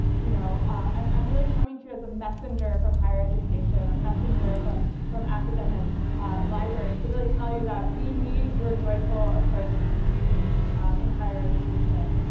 you know i'm i'm really coming to you as a messenger from higher education. a messenger from from academic libraries, to really tell you that we need your joyful approach of computing in higher education.